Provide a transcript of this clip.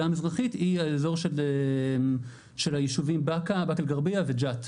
המזרחית היא האזור של הישובים באקה אל גרביה וג'ת.